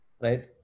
Right